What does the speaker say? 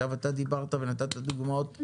אתה דיברת ונתת דוגמאות.